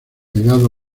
pegado